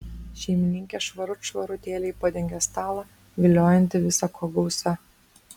šeimininkė švarut švarutėliai padengė stalą viliojantį visa ko gausa